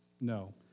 No